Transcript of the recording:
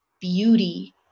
beauty